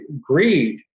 Greed